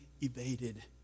evaded